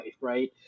right